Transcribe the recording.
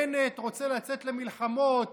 בנט רוצה לצאת למלחמות,